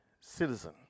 citizen